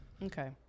Okay